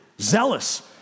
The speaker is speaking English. zealous